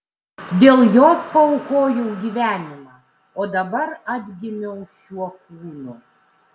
dėl jos paaukojau gyvenimą o dabar atgimiau šiuo kūnu